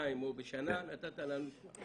בשנתיים או בשנה, נתת לנו.